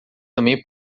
também